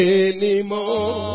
anymore